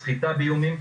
סחיטה באיומים,